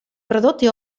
prodotti